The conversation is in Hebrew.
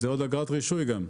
זה עוד אגרת שילוט.